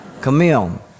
Camille